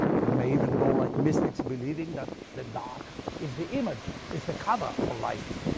we may even go like mystics believing that the dark is the image, is the cover for light.